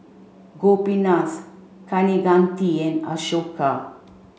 Gopinath Kaneganti and Ashoka